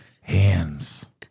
hands